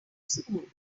school